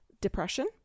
depression